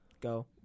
go